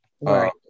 Right